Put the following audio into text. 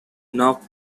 knock